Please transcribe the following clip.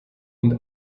und